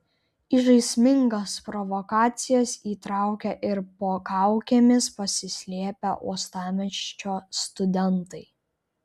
į žaismingas provokacijas įtraukė ir po kaukėmis pasislėpę uostamiesčio studentai